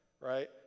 right